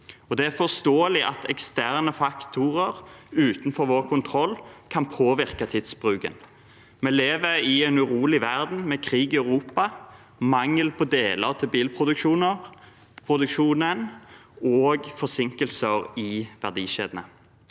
Det er forståelig at eksterne faktorer utenfor vår kontroll kan påvirke tidsbruken. Vi lever i en urolig verden med krig i Europa, mangel på deler til bilproduksjonen og forsinkelser i verdikjedene,